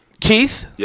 Keith